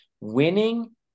winning